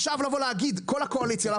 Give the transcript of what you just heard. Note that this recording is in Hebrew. כל הקואליציה,